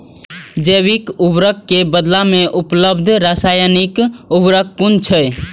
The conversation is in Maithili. जैविक उर्वरक के बदला में उपलब्ध रासायानिक उर्वरक कुन छै?